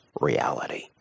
reality